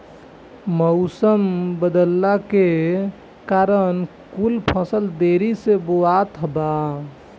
मउसम बदलला के कारण कुल फसल देरी से बोवात बा